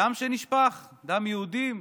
הדם שנשפך, דם יהודים,